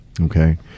okay